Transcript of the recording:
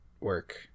work